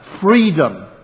freedom